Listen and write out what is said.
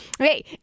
Okay